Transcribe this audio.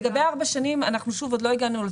לגבי ארבע שנים שוב, עוד לא הגענו לתיקון הזה.